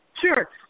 Sure